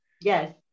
Yes